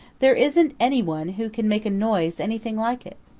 there isn't any one who can make a noise anything like it.